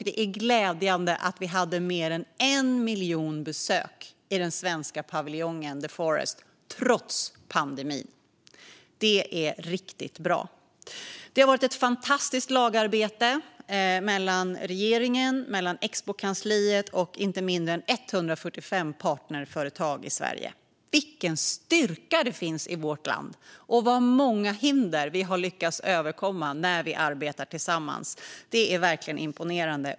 Det är glädjande att vi trots pandemin hade mer än en miljon besök i den svenska paviljongen The Forest. Det är riktigt bra! Det har varit ett fantastiskt lagarbete mellan regeringen, Expokansliet och inte mindre än 145 partnerföretag i Sverige. Vilken styrka det finns i vårt land, och så många hinder vi har lyckats överkomma när vi arbetar tillsammans! Det är verkligen imponerande.